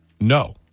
no